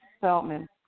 Feldman